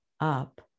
up